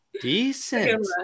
decent